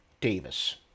Davis